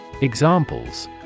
Examples